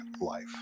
life